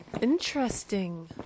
Interesting